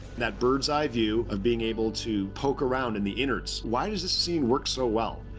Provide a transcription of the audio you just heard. that birds-eye view of being able to poke around in the innards. why does this scene work so well?